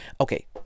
Okay